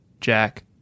jack